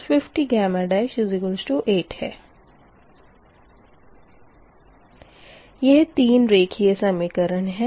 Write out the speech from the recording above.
यह 3 रेखिए समीकरण है